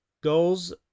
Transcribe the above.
goals